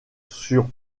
sur